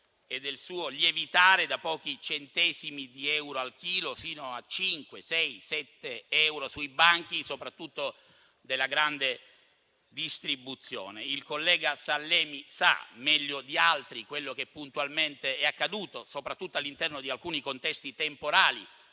e del suo lievitare da pochi centesimi di euro al chilo fino a 5, 6, 7 euro soprattutto sui banchi della grande distribuzione. Il collega Salemi sa meglio di altri quello che puntualmente è accaduto, soprattutto all'interno di alcuni contesti temporali